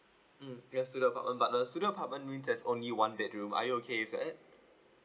mm yes student apartment but uh student apartment mean there's only one bedroom are you okay with that